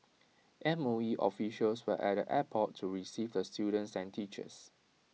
M O E officials were at the airport to receive the students and teachers